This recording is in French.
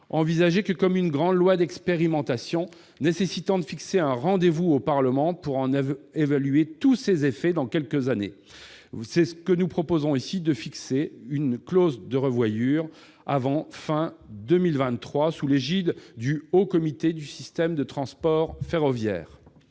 sorte, que comme une grande loi d'expérimentation, nécessitant de fixer un rendez-vous au Parlement pour en évaluer tous les effets dans quelques années. Aussi proposons-nous de fixer une clause de revoyure avant la fin de l'année 2023 sous l'égide du Haut Comité du système de transport ferroviaire.